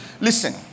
Listen